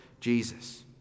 Jesus